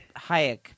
Hayek